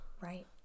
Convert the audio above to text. Right